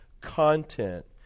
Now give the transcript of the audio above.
content